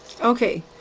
Okay